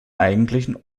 eigentlichen